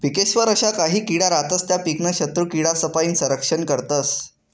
पिकेस्वर अशा काही किडा रातस त्या पीकनं शत्रुकीडासपाईन संरक्षण करतस